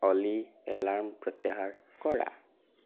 অ'লি alarm প্ৰত্যাহাৰ কৰা